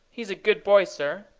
he's a good boy, sir.